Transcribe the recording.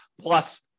plus